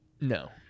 No